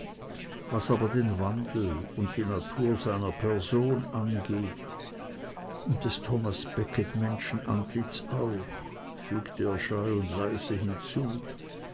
was aber den wandel und die natur seiner person angeht und des thomas becket menschenantlitz auch fügte er scheu und leise hinzu